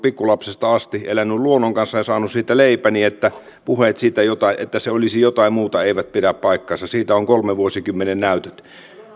pikkulapsesta asti elänyt luonnon kanssa ja saanut siitä leipäni niin että puheet siitä että se olisi jotain muuta eivät pidä paikkaansa siitä on kolmen vuosikymmenen näytöt